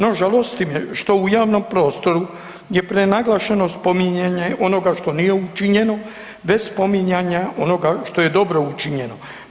No, žalosti me što u javnom prostoru je prenaglašeno spominjanje onoga što nije učinjeno bez spominjanja onoga što je dobro učinjeno.